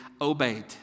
obeyed